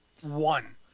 One